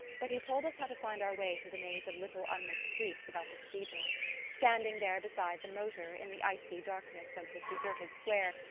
but he told us how to find our way through the maze of little unlit streets about the cathedral standing there beside the motor, in the icy darkness of the deserted square,